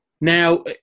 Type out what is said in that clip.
Now